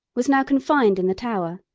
was now confined in the tower,